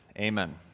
Amen